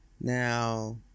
now